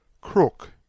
crook